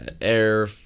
air